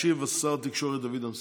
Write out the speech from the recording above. ישיב שר התקשורת דוד אמסלם.